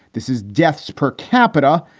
this is deaths per capita,